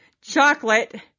chocolate